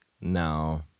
No